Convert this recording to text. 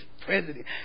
president